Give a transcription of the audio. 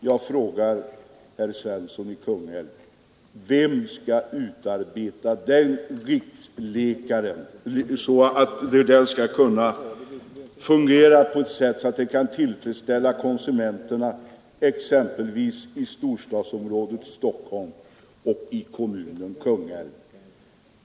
Jag frågar herr Svensson i Kungälv: Vem skall utarbeta en rikslikare, som skall kunna tillfredsställa konsumenterna i t.ex. storstadsområdet Stockholm och i kommunen Kungälv?